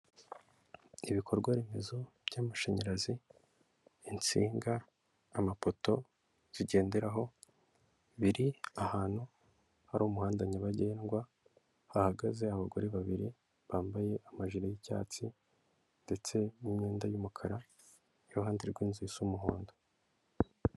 Ibikorwa remezo by'amashanyarazi, insinga, amapoto, zigenderaho biri ahantu hari umuhanda nyabagendwa, hahagaze abagore babiri bambaye amajiri y'icyatsi, ndetse n'imyenda y'umukara iruhande rw'inzu isa umuhondo.